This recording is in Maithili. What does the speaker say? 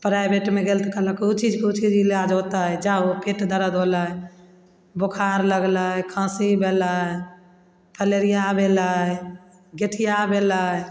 प्राइवेटमे गेल तऽ कहलक उ चीजके उ चीजके इलाज होतय जाहो पेट दर्द होलय बोखार लगलय खाँसी भेलय फलेरिया भेलय गठिया भेलय